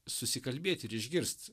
susikalbėt ir išgirst